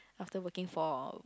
after working for